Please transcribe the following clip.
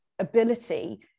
ability